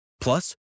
Plus